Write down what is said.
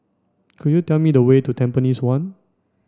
could you tell me the way to Tampines one